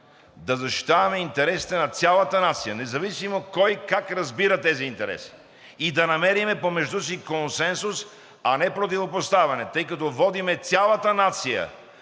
да защитаваме интересите на цялата нация, независимо кой как разбира тези интереси, и да намерим помежду си консенсус, а не противопоставяне, тъй като водим цялата нация